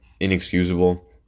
inexcusable